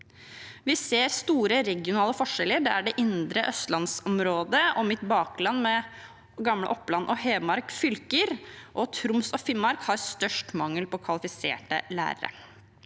Vi ser store regionale forskjeller, der det indre østlandsområdet og mitt bakland, gamle Oppland og Hedmark fylker, og Troms og Finnmark har størst mangel på kvalifiserte lærere.